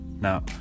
now